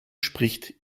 spricht